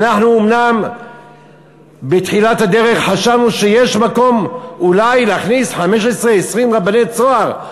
אנחנו אומנם בתחילת הדרך חשבנו שיש מקום אולי להכניס 15 20 רבני "צהר",